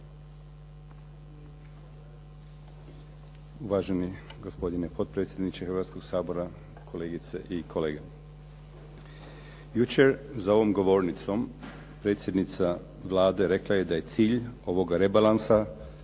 Uvaženi gospodine potpredsjedniče Hrvatskog sabora, kolegice i kolege. Jučer za ovom govornicom predsjednica Vlade rekla je da je cilj ovoga rebalansa